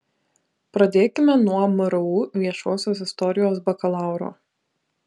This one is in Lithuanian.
pradėkime nuo mru viešosios istorijos bakalauro